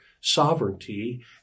sovereignty